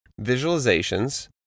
visualizations